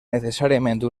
necesariamente